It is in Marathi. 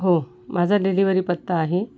हो माझा डिलिवरी पत्ता आहे